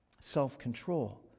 Self-control